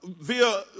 via